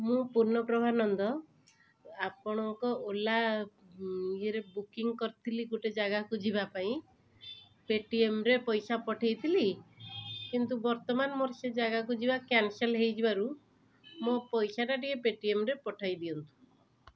ମୁଁ ପୂର୍ଣପ୍ରଭା ନନ୍ଦ ଆପଣଙ୍କ ଓଲା ଏଇରେ ବୁକିଙ୍ଗ୍ କରିଥିଲି ଗୋଟେ ଜାଗାକୁ ଯିବା ପାଇଁ ପେଟିଏମ୍ରେ ପଇସା ପଠାଇଥିଲି କିନ୍ତୁ ବର୍ତ୍ତମାନ ମୋର ସେ ଜାଗାକୁ ଯିବା କ୍ୟାନସଲ୍ ହେଇଯିବାରୁ ମୋ ପଇସାଟା ଟିକେ ପେଟିଏମ୍ରେ ପଠାଇ ଦିଅନ୍ତୁ